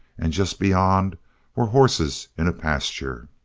and just beyond were horses in a pasture.